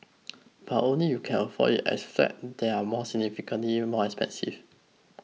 but only you can afford it as flats there are more significantly more expensive